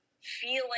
feeling